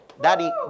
Daddy